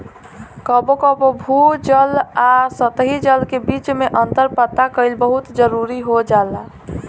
कबो कबो भू जल आ सतही जल के बीच में अंतर पता कईल बहुत जरूरी हो जाला